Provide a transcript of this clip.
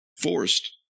forced